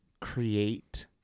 create